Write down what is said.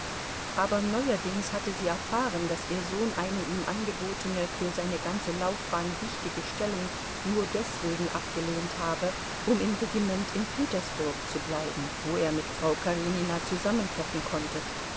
aber neuerdings hatte sie erfahren daß ihr sohn eine ihm angebotene für seine ganze laufbahn wichtige stellung nur deswegen abgelehnt habe um im regiment in petersburg zu bleiben wo er mit frau karenina zusammentreffen konnte